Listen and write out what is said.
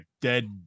dead